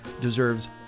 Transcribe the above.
deserves